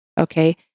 Okay